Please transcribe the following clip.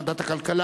זה ועדת הכלכלה,